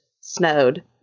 snowed